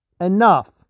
enough